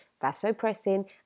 vasopressin